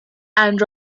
and